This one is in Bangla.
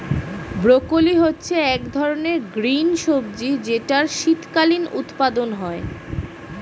ব্রকোলি হচ্ছে এক ধরনের গ্রিন সবজি যেটার শীতকালীন উৎপাদন হয়ে